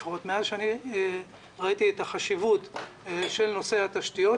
מאז שראיתי את החשיבות של נושא התשתיות,